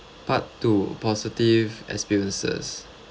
part two positive experiences